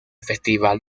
festival